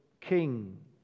king